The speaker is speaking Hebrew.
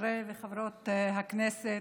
חברי וחברות הכנסת,